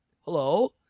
hello